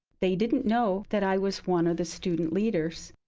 they didn't know that i was one of the student leaders.